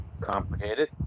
complicated